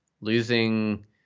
losing